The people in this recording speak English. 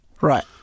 Right